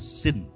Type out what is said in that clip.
sin